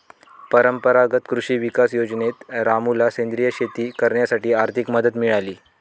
परंपरागत कृषी विकास योजनेत रामूला सेंद्रिय शेती करण्यासाठी आर्थिक मदत मिळाली